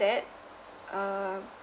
that um